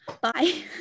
Bye